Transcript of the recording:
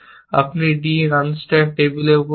আপনি d unstack টেবিলের উপর রাখা